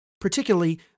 Particularly